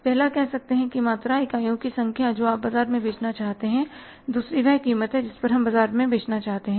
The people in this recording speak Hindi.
पहला कह सकते हैं कि मात्रा इकाइयों की संख्या जो आप बाजार में बेचना चाहते हैं और दूसरी वह कीमत है जिस पर हम बाजार में बेचना चाहते हैं